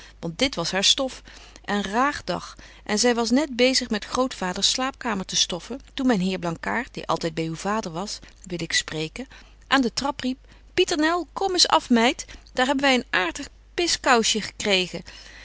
want dit was haar stof en raag dag en zy was net bezig met grootvaders slaapkamer te stoffen toen myn heer blankaart die altyd by uw vader was wil ik spreken aan den trap riep pieternel kom eens af meid daar hebben wy een aartig piskousje gekregen